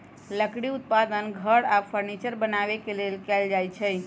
लकड़ी उत्पादन घर आऽ फर्नीचर बनाबे के लेल कएल जाइ छइ